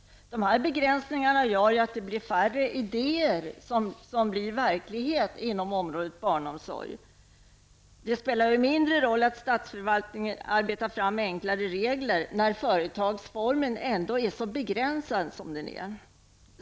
Dessa begränsningar gör att det blir färre idéer som blir verklighet inom området barnomsorg. Det spelar mindre roll att statsförvaltningen arbetar fram enklare regler när företagsformen ändå är så begränsad som den är.